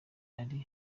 ariwe